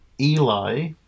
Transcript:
Eli